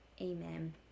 Amen